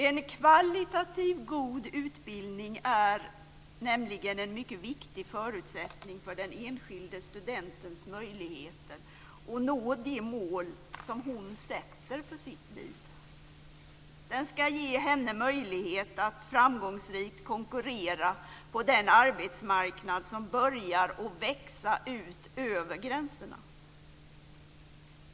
En kvalitativt god utbildning är nämligen en mycket viktig förutsättning för den enskilde studentens möjligheter att nå de mål som hon sätter för sitt liv. Den ska ge henne möjlighet att framgångsrikt konkurrera på den arbetsmarknad som börjar att växa ut över gränserna.